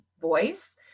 voice